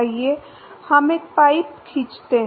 आइए हम एक पाइप खींचते हैं